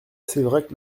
sévérac